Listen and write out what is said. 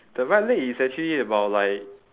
the right leg is actually about like